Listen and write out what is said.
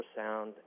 ultrasound